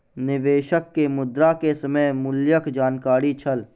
निवेशक के मुद्रा के समय मूल्यक जानकारी छल